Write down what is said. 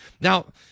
Now